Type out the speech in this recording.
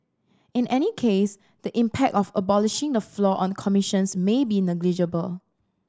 in any case the impact of abolishing the floor on commissions may be negligible